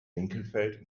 winkelfeld